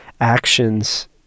actions